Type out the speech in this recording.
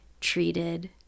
treated